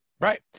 Right